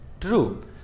True